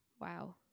Wow